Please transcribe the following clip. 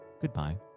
goodbye